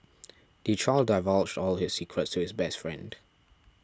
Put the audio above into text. the child divulged all his secrets to his best friend